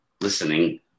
listening